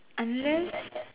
unless